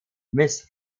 missed